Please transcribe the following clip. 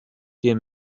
wer